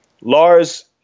Lars